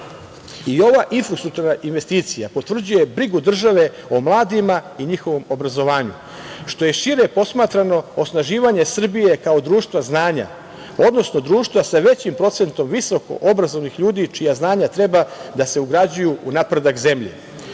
infrastrukturna investicija potvrđuje brigu države o mladima i njihovom obrazovanju, što je šire posmatrano osnaživanje Srbije kao društva znanja, odnosno društva sa većim procentom visokoobrazovanih ljudi čija znanja treba da se ugrađuju u napredak zemlje. Ovaj